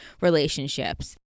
relationships